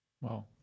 Wow